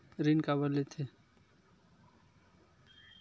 ऋण काबर लेथे?